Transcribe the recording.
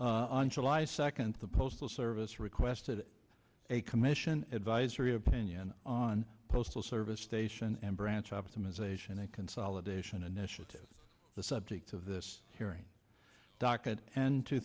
literalist on july second the postal service requested a commission advisory opinion on postal service station and branch optimization a consolidation initiative the subject of this hearing docket and two